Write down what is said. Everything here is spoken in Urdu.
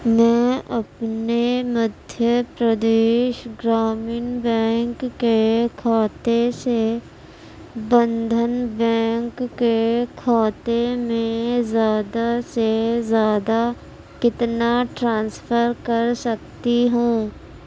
میں اپنے مدھیہ پردیش گرامین بینک کے کھاتے سے بندھن بینک کے کھاتے میں زیادہ سے زیادہ کتنا ٹرانسفر کر سکتی ہوں